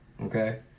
Okay